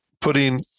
putting